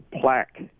plaque